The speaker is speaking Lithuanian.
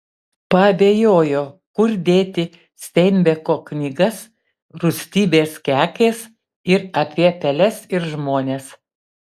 paabejojo kur dėti steinbeko knygas rūstybės kekės ir apie peles ir žmones